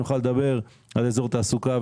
נוכל לדבר על אזור תעסוקה,